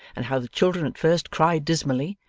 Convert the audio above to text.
and how the children at first cried dismally,